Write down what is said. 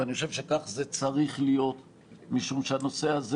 ואני חושב שכך זה צריך להיות משום שהנושא הזה